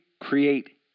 create